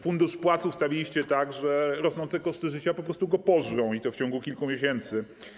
Fundusz płac ustawiliście tak, że rosnące koszty życia po prostu go pożrą, i to w ciągu kilku miesięcy.